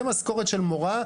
זה משכורת של מורה,